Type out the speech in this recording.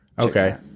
okay